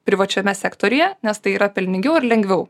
privačiame sektoriuje nes tai yra pelningiau ir lengviau